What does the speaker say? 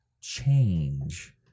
change